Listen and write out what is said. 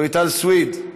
רויטל סויד,